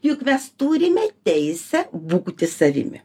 juk mes turime teisę būti savimi